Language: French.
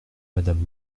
madame